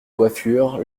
coiffures